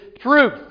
truth